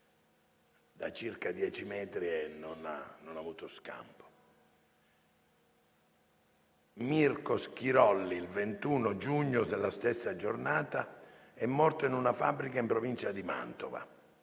da circa dieci metri e non ha avuto scampo. Mirko Schirolli il 21 giugno, nella stessa giornata, è morto in una fabbrica in provincia di Mantova,